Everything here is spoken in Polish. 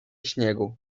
śniegu